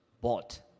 bought